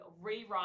rewrite